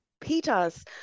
Peter's